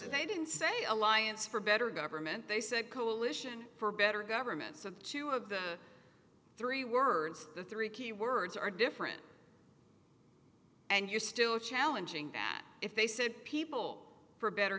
and they didn't say alliance for better government they said coalition for better governments of two of the three words the three key words are different and you're still challenging that if they said people for better